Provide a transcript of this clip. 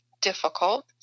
difficult